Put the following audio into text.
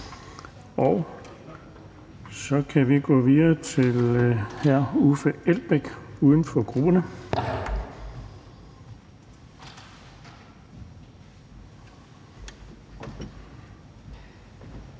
Så kan vi gå videre til hr. Uffe Elbæk, uden for grupperne.